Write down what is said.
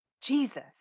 Jesus